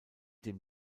dem